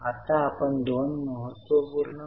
तर हे कशाचे प्रतिनिधित्व करते